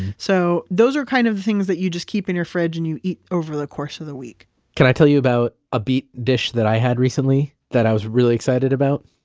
so those are kind of things that you just keep in your fridge and you eat over the course of the week can i tell you about a beet dish that i had recently that i was really excited about?